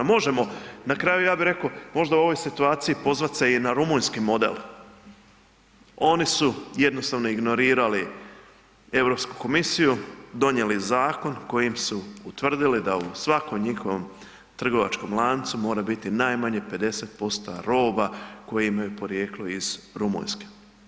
Možemo na kraju ja bih rekao možda u ovoj situaciji pozvat se i na rumunjski model, oni su jednostavno ignorirali Europsku komisiju, donijeli zakon kojim su utvrdili da u svakom njihovom trgovačkom lancu mora biti najmanje 50% roba koje imaju porijeklo iz Rumunjske.